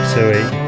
Suey